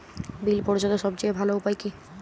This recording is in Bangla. বিল পরিশোধের সবচেয়ে ভালো উপায় কী?